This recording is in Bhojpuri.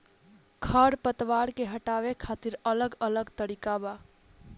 खर पतवार के हटावे खातिर अलग अलग तरीका बा